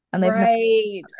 Right